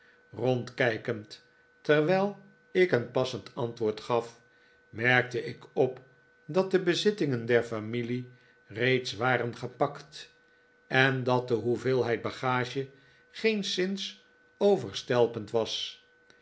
rondkijkend terwijl ik een passend antwoord gaf merkte ik op dat de bezittingen der familie reeds waren gepakt en dat de hoeveelheid bagage geenszins overstelpend was